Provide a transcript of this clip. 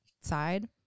side